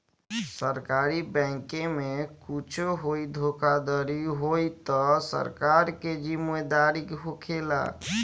सरकारी बैंके में कुच्छो होई धोखाधड़ी होई तअ सरकार के जिम्मेदारी होखेला